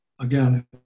again